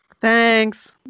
Thanks